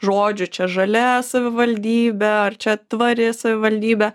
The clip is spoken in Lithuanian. žodžių čia žalia savivaldybe ar čia tvari savivaldybė